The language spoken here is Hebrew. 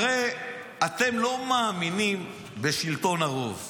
הרי אתם לא מאמינים בשלטון הרוב.